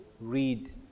read